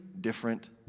different